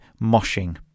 moshing